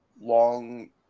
long